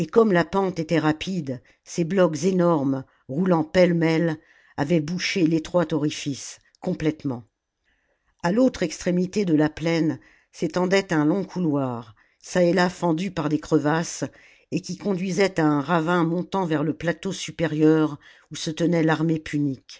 la pente était rapide ces blocs énormes roulant pêle-mêle avaient bouché l'étroit orifice complètement a l'autre extrémité de la plaine s'étendait un long couloir çà et là fendu par des crevasses et qui conduisait à un ravin montant vers le plateau supérieur où se tenait l'armée punique